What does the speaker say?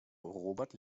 robert